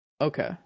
Okay